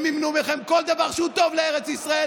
הם ימנעו מכם כל דבר שהוא טוב לארץ ישראל,